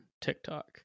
TikTok